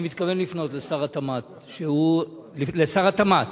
אני מתכוון לפנות לשר התמ"ת, שהוא, לשר התמ"ת,